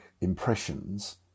impressions